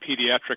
pediatric